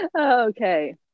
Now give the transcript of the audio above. Okay